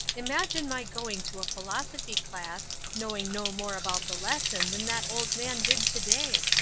imagine my going to a philosophy class, knowing no more about the lesson than that old man did to-day!